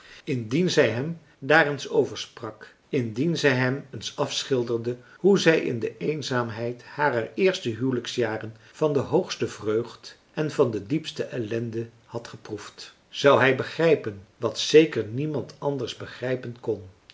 indien zij hem daar eens over sprak indien zij hem eens afschilderde hoe zij in de eenzaamheid harer eerste huwelijksjaren van de hoogste vreugd en van de diepste marcellus emants een drietal novellen ellende had geproefd zou hij begrijpen wat zeker niemand anders begrijpen kon